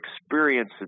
experience